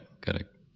correct